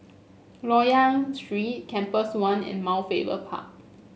Loyang Street Compass One and Mount Faber Park